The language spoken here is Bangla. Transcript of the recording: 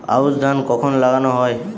আউশ ধান কখন লাগানো হয়?